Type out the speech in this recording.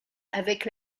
avec